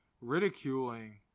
ridiculing